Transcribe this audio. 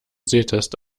sehtest